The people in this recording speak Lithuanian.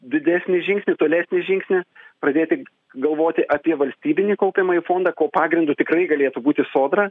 didesnį žingsnį tolesnį žingsnį pradėti galvoti apie valstybinį kaupiamąjį fondą ko pagrindu tikrai galėtų būti sodra